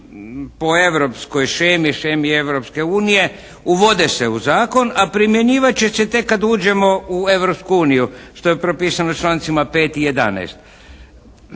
po europskoj shemi, shemi Europske unije uvode se u zakon, a primjenjivat će se tek kad uđemo u Europsku uniju, što je propisano člancima 5. i 11.